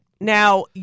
Now